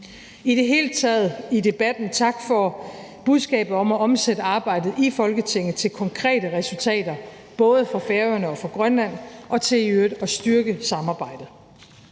I det hele taget tak for budskabet i debatten om at omsætte arbejdet i Folketinget til konkrete resultater både for Færøerne og for Grønland og til i øvrigt at styrke samarbejdet.